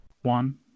one